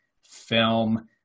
film